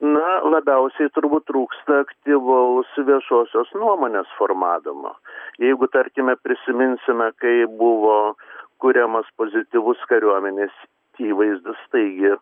na labiausiai turbūt trūksta aktyvaus viešosios nuomonės formavimo jeigu tarkime prisiminsime kaip buvo kuriamas pozityvus kariuomenės įvaizdis tai ji